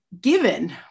given